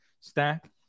stack